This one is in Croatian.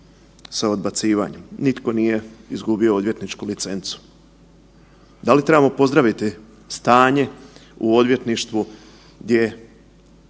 sa odbacivanjem, nitko nije izgubio odvjetničku licencu. Da li trebamo pozdraviti stanje u odvjetništvu gdje,